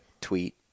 tweet –